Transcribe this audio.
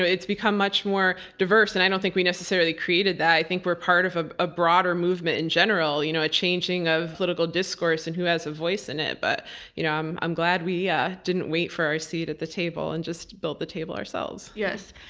it's become much more diverse, and i don't think we necessarily created that. i think we're part of ah a broader movement in general, you know a changing of political discourse and who has a voice in it. but you know i'm i'm glad we yeah didn't wait for our seat at the table and just built the table ourselves. yes,